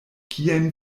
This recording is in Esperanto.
kien